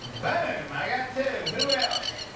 boom! i got two. who else?